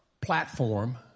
platform